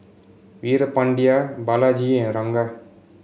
Veerapandiya Balaji and Ranga